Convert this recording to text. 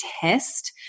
test